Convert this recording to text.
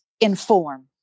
inform